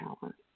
power